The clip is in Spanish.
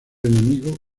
enemigo